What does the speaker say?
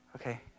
Okay